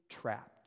trapped